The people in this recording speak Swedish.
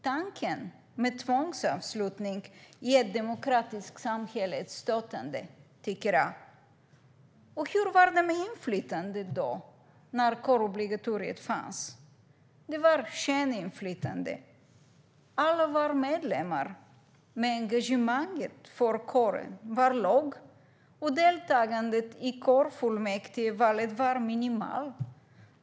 Tanken på tvångsanslutning i ett demokratiskt samhälle är stötande, tycker jag. Och hur var det med inflytandet när kårobligatoriet fanns? Det var ett skeninflytande. Alla var medlemmar, men engagemanget för kåren var lågt, och deltagandet i kårfullmäktigevalet var minimalt.